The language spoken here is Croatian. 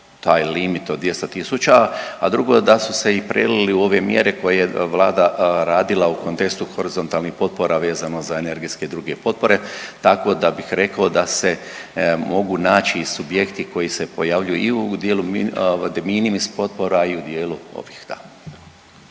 taj limit od 200.000, a drugo da su se i prelili u ove mjere koje je Vlada radila u kontekstu horizontalnih potpora vezano za energetske druge potpore tako da bih rekao da se mogu naći i subjekti koji se pojavljuju i u dijelu de minimis potpora i u dijelu ovih